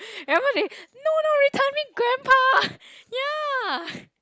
remember they no no we coming grandpa yeah